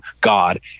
God